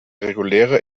reguläre